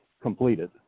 completed